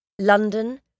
London